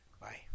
Bye